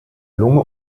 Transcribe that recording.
lunge